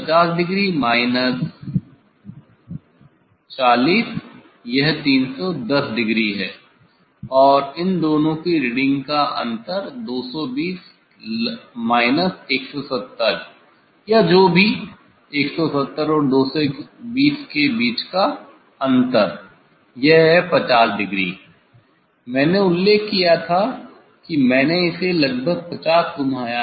350 degree minus 40 यह 310 degree है और इन दोनों की रीडिंग का अंतर 220 माइनस 170 या जो भी 170 और 220 के बीच अंतर यह है 50 डिग्री है मैंने उल्लेख किया था कि मैंने इसे लगभग 50 घुमाया